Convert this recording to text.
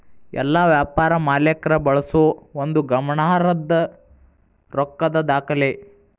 ಎಲ್ಲಾ ವ್ಯಾಪಾರ ಮಾಲೇಕ್ರ ಬಳಸೋ ಒಂದು ಗಮನಾರ್ಹದ್ದ ರೊಕ್ಕದ್ ದಾಖಲೆ